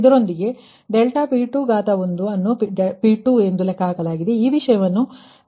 ಇದರೊಂದಿಗೆ ∆P2ಅನ್ನು P2 ಎಂದು ಲೆಕ್ಕಹಾಕಲಾಗಿದೆಇದನ್ನು ಮೈನಸ್ ಶೆಡ್ಯೂಲ್ ಎಂದು ಹೇಳಲಾಗಿದೆ